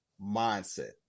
mindset